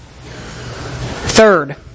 Third